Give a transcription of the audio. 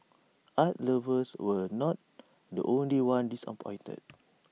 art lovers were not the only ones disappointed